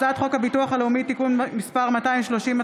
הצעת חוק הביטוח הלאומי (תיקון מס' 230),